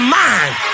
mind